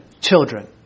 children